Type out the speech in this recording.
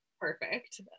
perfect